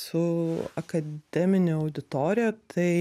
su akademine auditorija tai